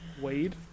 Wade